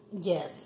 Yes